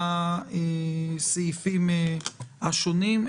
לסעיפים השונים.